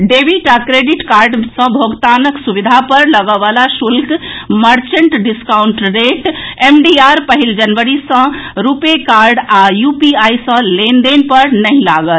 debit आ credit card सॅ भोगतानक सुविधा पर लगएवला शुल्क merchant discount rate M D R पहिल जनवरी सॅ रूपे कार्ड आ यूपीआई सॅ लेन देन पर नहि लागत